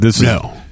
no